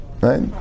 right